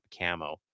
camo